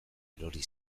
erori